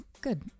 good